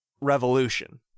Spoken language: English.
revolution